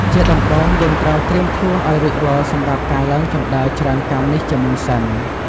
ជាដំបូងយើងត្រូវត្រៀមខ្លួនអោយរួចរាល់សម្រាប់ការឡើងជណ្តើរច្រើនកាំនេះជាមុនសិន ។